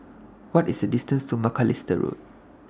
What IS The distance to Macalister Road